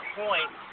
point